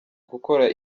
gukora